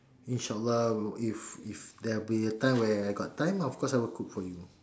inshallah if if there'll be a time where I got time of course I will cook for you